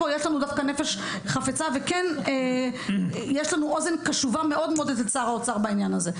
יש לנו פה נפש חפצה ויש לנו אוזן קשובה מאוד אצל שר האוצר בעניין הזה.